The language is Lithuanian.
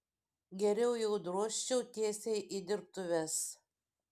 geriau jau drožčiau tiesiai į dirbtuves